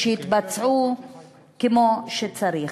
שיתבצעו כמו שצריך.